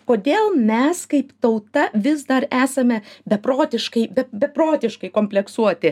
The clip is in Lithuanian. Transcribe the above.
kodėl mes kaip tauta vis dar esame beprotiškai be beprotiškai kompleksuoti